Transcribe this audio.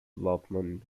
development